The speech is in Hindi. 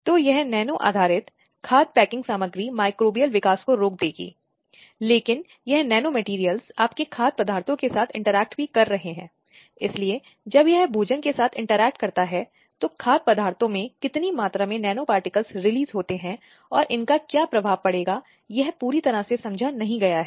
अतः इसलिए महिलाओं का राष्ट्रीय आयोग समाज में महिलाओं से जुड़े किसी भी मुद्दे पर गौर करने के लिए वन स्टॉपएक पड़ाव केंद्र है चाहे वह किसी भी उल्लंघन का मामला हो जो अधिकारों से वंचित हो गए हैं